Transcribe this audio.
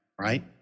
right